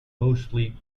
mostly